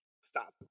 Stop